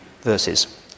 verses